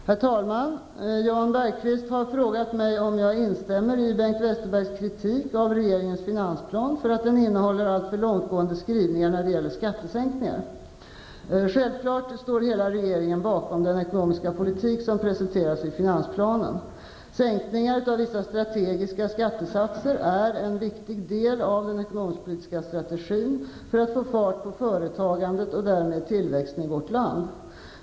Herr talman! Jan Bergqvist har frågat mig om jag instämmer i Bengt Westerbergs kritik av regeringens finansplan för att den innehåller alltför långtgående skrivningar när det gäller skattesänkningar. Självklart står hela regeringen bakom den ekonomiska politik som presenteras i finansplanen. Sänkningar av vissa strategiska skattesatser är en viktig del av den ekonomisk-politiska strategin för att få fart på företagandet och därmed tillväxten i vårt land.